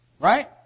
Right